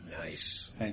Nice